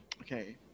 okay